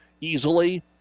easily